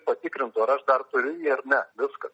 patikrintų ar aš dar turiu ir jį ar ne viskas